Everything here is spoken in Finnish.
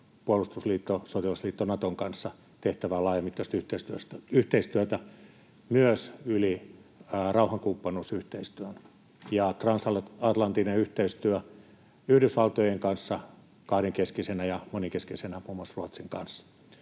puolustusliitto, sotilasliitto Naton kanssa tehtävää laajamittaista yhteistyötä myös yli rauhankumppanuusyhteistyön, transatlanttista yhteistyötä Yhdysvaltojen kanssa kahdenkeskisenä ja monenkeskisenä muun muassa Ruotsina kanssa.